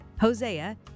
Hosea